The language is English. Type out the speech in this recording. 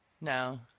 No